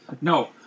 No